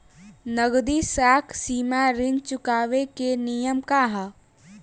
नगदी साख सीमा ऋण चुकावे के नियम का ह?